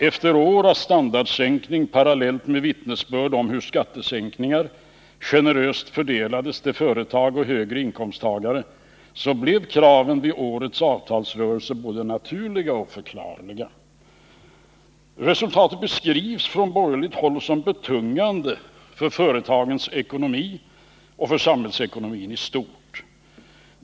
Efter år av standardsänkning parallellt med vittnesbörd om hur skattesänkningar generöst fördelades till företag och högre inkomsttagare, blev kraven i årets avtalsrörelse både naturliga och förklarliga. Resultatet beskrivs från borgerligt håll som betungande för företagens ekonomi och för samhällsekonomin i stort.